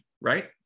right